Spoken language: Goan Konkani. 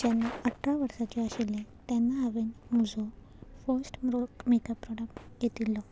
जेन्ना अठरा वर्साचे आशिल्ले तेन्ना हांवेन म्हजो फस्ट म्रो मेकअप प्रोडक्ट घेतिल्लो